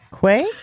Quay